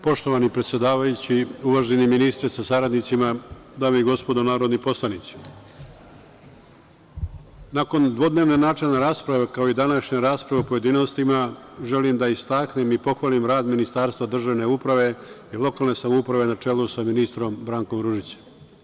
Poštovani predsedavajući, uvaženi ministre sa saradnicima, dame i gospodo narodni poslanici, nakon dvodnevne načelne rasprave, kao i današnje rasprave u pojedinostima, želim da istaknem i pohvalim rad Ministarstva državne uprave i lokalne samouprave na čelu sa ministrom Brankom Ružićem.